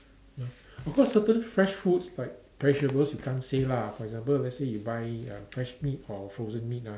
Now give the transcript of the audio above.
you know of course certain fresh foods like vegetables you can't say lah for example let's say you buy uh fresh meat or frozen meat ah